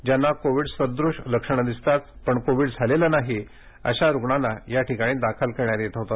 ज्यांना कोविड सदृश लक्षणे दिसताच पण कोविड झालेला नाही अशा रुग्णांना या रुग्णालयात दाखल करण्यात येत होते